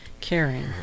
caring